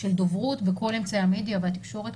של הדוברות בכל אמצעי המדיה והתקשורת.